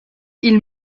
ils